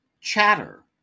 Chatter